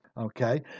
okay